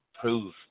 prove